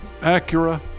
Acura